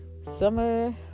Summer